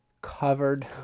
covered